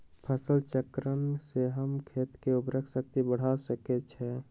फसल चक्रण से हम खेत के उर्वरक शक्ति बढ़ा सकैछि?